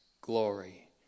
glory